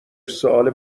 سوال